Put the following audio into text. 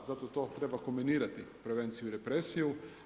Zato to treba kombinirati, prevenciju i represiju.